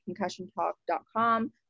concussiontalk.com